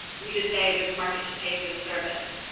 we just say that the market should pay for the service.